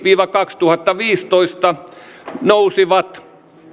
viiva kaksituhattaviisitoista nousivat